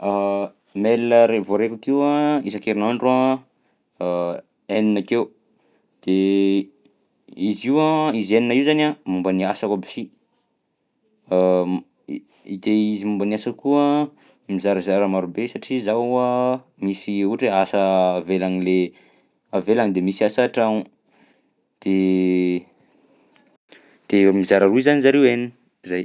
Mail ray voaraiko akeo a isan-kerinandro a enina akeo de izy io a izy enina io zany a momba ny asa aby si, m- i- de izy momba ny asako io a mizarazara maro be satria zaho a misy ohatra hoe misy asa avelany le avelany de misy asa tragno de de mizara roy zany zareo enina, zay.